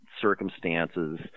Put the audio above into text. circumstances